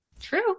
True